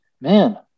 man